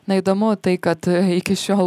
na įdomu tai kad iki šiol